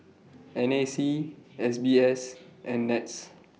N A C S B S and Nets